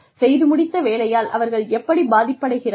செய்து முடித்த வேலையால் அவர்கள் எப்படிப் பாதிக்கப்படைக்கிறார்கள்